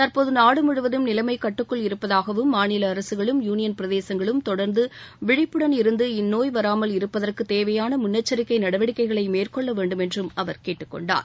தற்போது நாடு முழுவதும் நிலைமை கட்டுக்குள் இருப்பதாகவும் மாநில அரசுகளும் யூனியன் பிரதேசங்களும் தொடர்ந்து விழிப்புடன் இருந்து இந்நோய் வராமல் இருப்பதற்கு தேவையான முன்னெச்சரிக்கை நடவடிக்கைகளை மேற்கொள்ள வேண்டும் என்றும் அவர் கேட்டுக்கொண்டார்